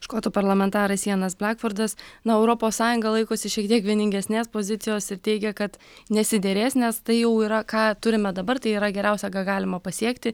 škotų parlamentaras janas blakvardas na europos sąjunga laikosi šiek tiek vieningesnės pozicijos ir teigia kad nesiderės nes tai jau yra ką turime dabar tai yra geriausia ką galima pasiekti